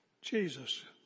Jesus